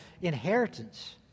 inheritance